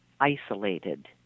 isolated